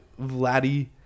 Vladdy